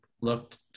looked